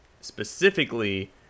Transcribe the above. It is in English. specifically